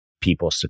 people